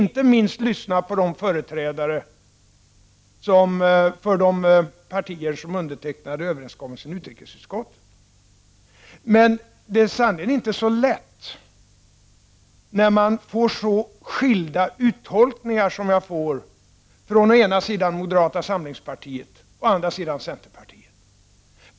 Inte minst lyssnar jag på företrädarna från de partier som undertecknat överenskommelsen i utrikesutskottet. Det är sannerligen inte så lätt när jag får så skilda uttolkningar som jag får från å ena sidan moderata samlingspartiet och å andra sidan centerpartiet.